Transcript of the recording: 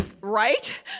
Right